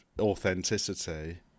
authenticity